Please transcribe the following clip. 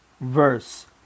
verse